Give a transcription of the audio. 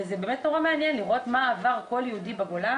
וזה באמת נורא מעניין לראות מה עבר כל יהודי בגולה